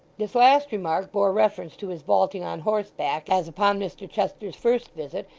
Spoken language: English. this last remark bore reference to his vaulting on horseback, as upon mr chester's first visit,